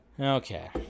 Okay